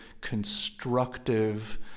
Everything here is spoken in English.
constructive